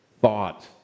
thought